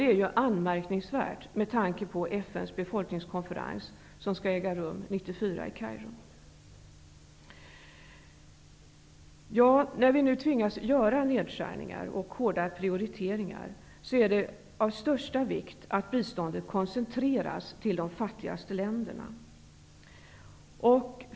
Det är anmärkningsvärt med tanke på FN:s befolkningskonferens som skall äga rum 1994 När vi nu tvingas göra nedskärningar och hårda prioriteringar, är det av största vikt att biståndet koncentreras till de fattigaste länderna.